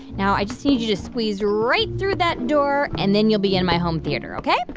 now i just need you to squeeze right through that door, and then you'll be in my home theater, ok?